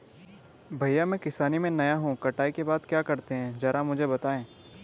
भैया मैं किसानी में नया हूं कटाई के बाद क्या करते हैं जरा मुझे बताएं?